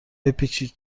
بپیچید